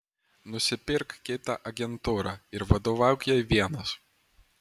nusipirk kitą agentūrą ir vadovauk jai vienas